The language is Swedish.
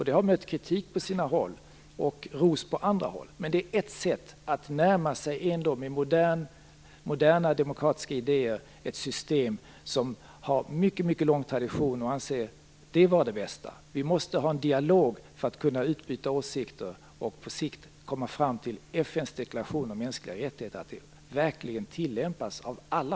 Det har mött ris på sina håll och ros på andra håll, men det är ett sätt att ändå med moderna demokratiska idéer närma sig ett system som har en mycket lång tradition och som man i Kina anser vara det bästa. Vi måste ha en dialog för att kunna utbyta åsikter och på sikt komma fram till det att FN:s deklaration om mänskliga rättigheter verkligen tillämpas av alla.